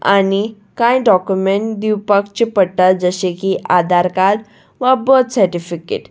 आनी कांय डॉक्युमेंट दिवपाचे पडटा जशें की आदार कार्ड वा बर्थ सर्टिफिकेट